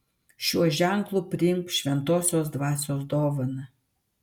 šiuo ženklu priimk šventosios dvasios dovaną